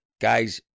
guys